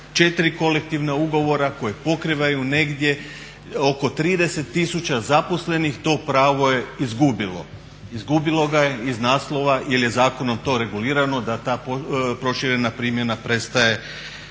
da 4 kolektivna ugovora koji pokrivaju negdje oko 30 000 zaposlenih to pravo je izgubilo. Izgubilo ga je iz naslova jer je zakonom to regulirano da ta proširena primjena prestaje važiti.